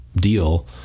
deal